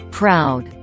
proud